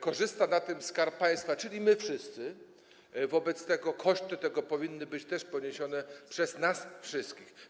Korzysta na tym Skarb Państwa, czyli my wszyscy, wobec tego koszty też powinny być poniesione przez nas wszystkich.